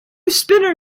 spinner